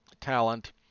talent